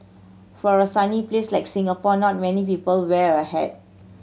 for a sunny place like Singapore not many people wear a hat